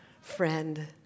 friend